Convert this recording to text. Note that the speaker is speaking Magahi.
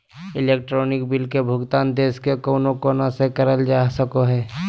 इलेक्ट्रानिक बिल के भुगतान देश के कउनो कोना से करल जा सको हय